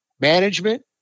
Management